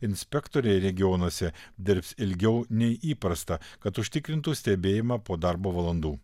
inspektoriai regionuose dirbs ilgiau nei įprasta kad užtikrintų stebėjimą po darbo valandų